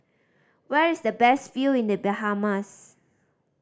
where is the best view in The Bahamas